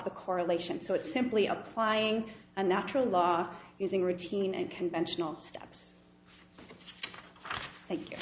the correlation so it's simply applying a natural law using routine and conventional steps thank you